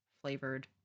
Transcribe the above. flavored